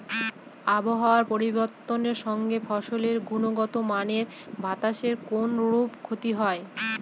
আবহাওয়ার পরিবর্তনের সঙ্গে ফসলের গুণগতমানের বাতাসের কোনরূপ ক্ষতি হয়?